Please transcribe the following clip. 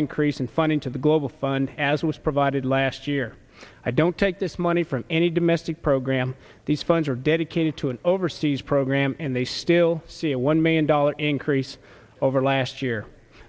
increase in funding to the global fund as was provided last year i don't take this money from any domestic program these funds are dedicated to an overseas program and they still see a one million dollar increase over last year